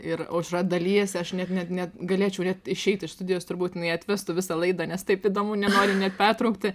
ir aušra dalijasi aš net net net galėčiau net išeit iš studijos turbūt jinai atvestų visą laidą nes taip įdomu nenoriu net pertraukti